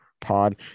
pod